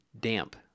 damp